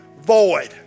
void